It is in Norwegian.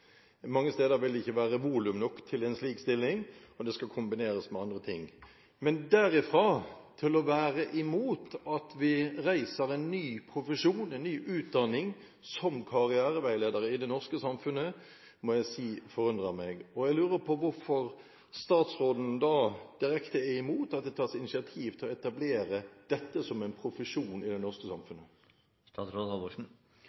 Mange steder vil det ikke være volum nok til en slik stilling, og det skal kombineres med andre ting. Men derifra til å være imot at vi reiser en ny profesjon, en ny utdanning som karriereveileder i det norske samfunnet, må jeg si forundrer meg. Jeg lurer på hvorfor statsråden da direkte er imot at det tas initiativ til å etablere dette som en profesjon i det norske